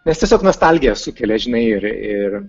nes tiesiog nostalgiją sukelia žinai ir ir